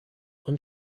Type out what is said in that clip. und